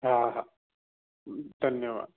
हा हा धन्यवाद